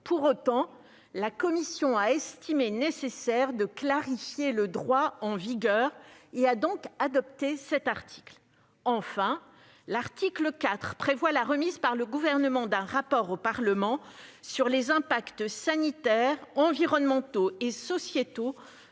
Pour autant, la commission a estimé nécessaire de clarifier le droit en vigueur ; elle a donc adopté cet article. Enfin, l'article 4 prévoit la remise par le Gouvernement d'un rapport au Parlement sur les impacts sanitaires, environnementaux et sociétaux